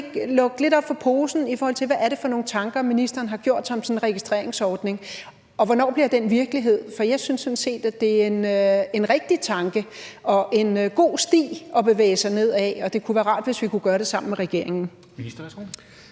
lukke lidt op for posen, i forhold til hvad det er for nogle tanker ministeren har gjort sig om sådan en registreringsordning, og hvornår den bliver virkelighed? For jeg synes sådan set, at det er en rigtig tanke og en god sti at bevæge sig ned ad, og det kunne være rart, hvis vi kunne gøre det sammen med regeringen.